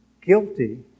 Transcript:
guilty